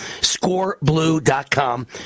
Scoreblue.com